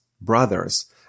brothers